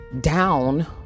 down